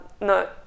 No